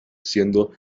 siendo